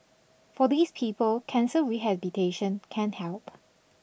for these people cancer rehabilitation can help